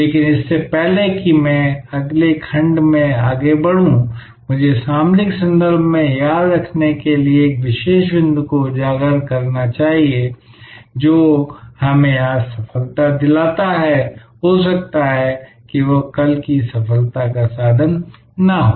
लेकिन इससे पहले कि मैं अगले खंड में आगे बढ़ूं मुझे सामरिक संदर्भ में याद रखने के लिए एक विशेष बिंदु को उजागर करना चाहिए जो हमें आज सफलता दिलाता है हो सकता है कि वह कल की सफलता का साधन न हो